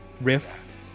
riff